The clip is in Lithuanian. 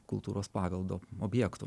kultūros paveldo objektų